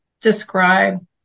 describe